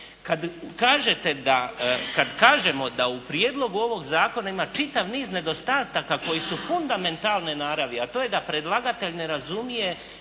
Kad kažemo da u prijedlogu ovog zakona ima čitav niz nedostataka koji su fundamentalne naravi, a to je da predlagatelj ne razumije